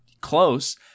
close